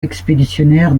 expéditionnaire